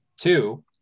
Two